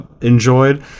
enjoyed